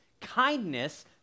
kindness